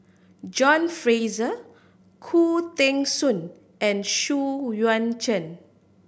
John Fraser Khoo Teng Soon and Xu Yuan Zhen